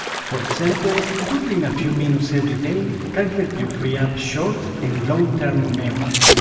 for example doodling a few minutes every day can help you free up short and long-term memory.